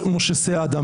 משה סעדה,